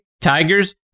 Tigers